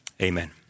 Amen